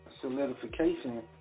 solidification